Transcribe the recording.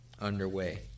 underway